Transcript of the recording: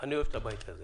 אני אוהב את הבית הזה